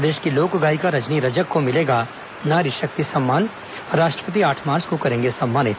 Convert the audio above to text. प्रदेश की लोक गायिका रजनी रजक को मिलेगा नारी शक्ति सम्मान राष्ट्रपति आठ मार्च को करेंगे सम्मानित